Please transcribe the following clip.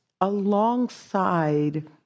alongside